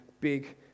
big